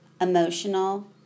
emotional